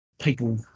people